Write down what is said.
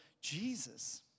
Jesus